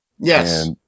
yes